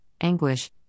anguish